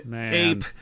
Ape